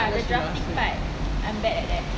then she wants to